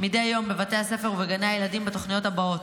מדי יום בבתי הספר ובגני הילדים בתוכניות הבאות: